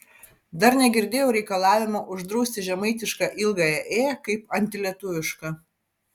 dar negirdėjau reikalavimo uždrausti žemaitišką ilgąją ė kaip antilietuvišką